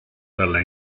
dalla